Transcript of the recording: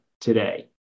today